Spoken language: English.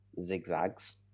zigzags